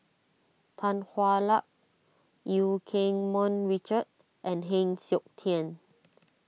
Tan Hwa Luck Eu Keng Mun Richard and Heng Siok Tian